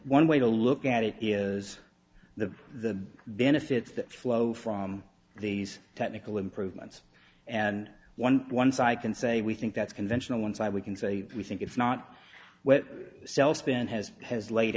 one way to look at it is the the benefits that flow from these technical improvements and one once i can say we think that's conventional one side we can say we think it's not wha